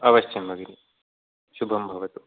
अवश्यं भगिनी शुभं भवतु